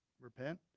repent